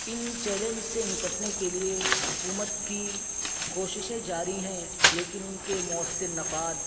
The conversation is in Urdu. ان چیلینج سے نپٹنے کے لیے حکومت کی کوششیں جاری ہیں لیکن ان کے مؤثر نفاد